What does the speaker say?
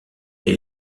est